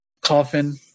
coffin